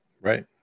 Right